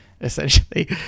essentially